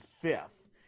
fifth